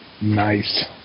nice